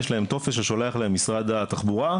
יש להם טופס ששולח להם משרד התחבורה,